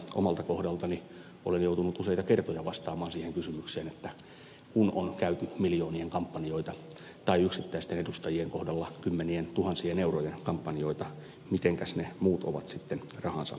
omalta kohdaltani olen joutunut useita kertoja vastaamaan siihen kysymykseen että kun on käyty miljoonien kampanjoita tai yksittäisten edustajien kohdalla kymmenientuhansien eurojen kampanjoita mitenkäs ne muut ovat sitten rahansa keränneet